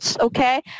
okay